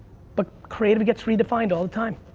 but creative gets redefined all the time,